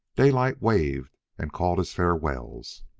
daylight waved and called his farewells.